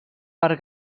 per